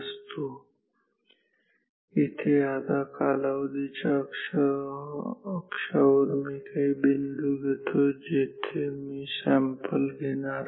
आता इथे कालावधीच्या अक्षावर मी काही बिंदू घेतो जिथे मी सॅम्पल घेणार आहे